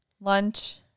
lunch